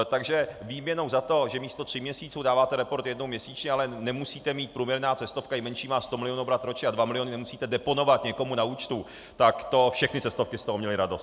Takže výměnou za to, že místo tří měsíců dáváte report jednou měsíčně, ale nemusíte mít průměrná cestovka, i menší, má sto milionů obrat ročně a dva miliony nemusíte deponovat někomu na účtu, tak to všechny cestovky z toho měly radost.